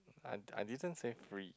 I I didn't say free